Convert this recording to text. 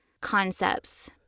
concepts